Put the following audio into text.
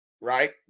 right